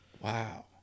Wow